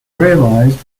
realized